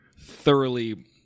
thoroughly